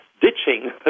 ditching